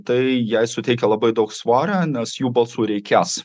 tai jai suteikia labai daug svorio nes jų balsų reikės